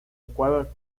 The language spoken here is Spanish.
ecuador